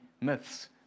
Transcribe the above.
myths